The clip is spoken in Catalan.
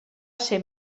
ser